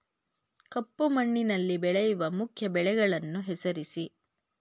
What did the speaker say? ಕಪ್ಪು ಮಣ್ಣಿನಲ್ಲಿ ಬೆಳೆಯುವ ಮುಖ್ಯ ಬೆಳೆಗಳನ್ನು ಹೆಸರಿಸಿ